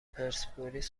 پرسپولیس